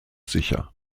sicher